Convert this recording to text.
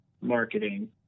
marketing